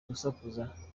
gusakuza